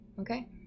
Okay